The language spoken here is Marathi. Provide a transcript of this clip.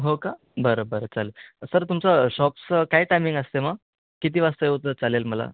हो का बरं बरं चालेल सर तुमचं शॉपचं काय टायमिंग असते मग किती वाजता येऊ तर चालेल मला